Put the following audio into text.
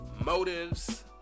Motives